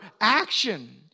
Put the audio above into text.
action